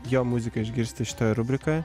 jo muziką išgirsti šitoj rubrikoj